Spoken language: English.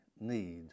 need